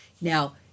Now